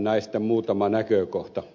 näistä muutama näkökohta